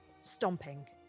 stomping